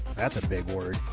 that's a big word,